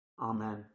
Amen